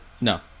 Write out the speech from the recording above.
no